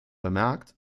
bemerkt